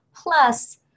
Plus